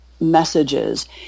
messages